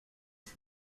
ich